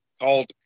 called